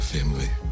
Family